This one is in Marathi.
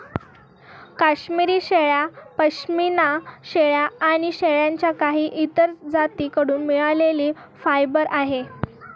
काश्मिरी शेळ्या, पश्मीना शेळ्या आणि शेळ्यांच्या काही इतर जाती कडून मिळालेले फायबर आहे